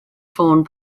ffôn